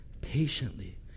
patiently